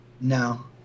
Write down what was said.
No